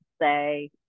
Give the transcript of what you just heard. say